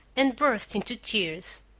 and burst into tears.